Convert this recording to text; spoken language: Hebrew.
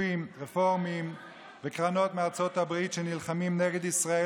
גופים רפורמיים וקרנות מארצות הברית שנלחמים נגד ישראל,